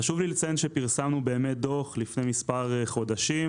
חשוב לי לציין שפרסמנו באמת דוח לפני מספר חודשים,